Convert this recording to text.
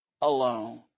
alone